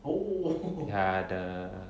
ya the